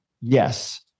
Yes